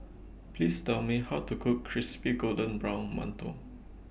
Please Tell Me How to Cook Crispy Golden Brown mantou